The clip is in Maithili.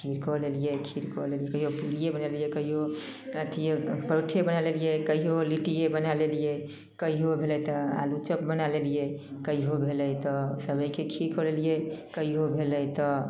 खीर कऽ लेलिए खीर कऽ लेलिए कहिओ पुड़िए बनैलिए कहिओ अथिए परौठे बनै लेलिए कहिओ लिट्टिए बनै लेलिए कहिओ भेलै तऽ आलूचॉप बनै लेलिए कहिओ भेलै तऽ सेवइके खीर कऽ लेलिए कहिओ भेलै तऽ